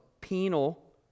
penal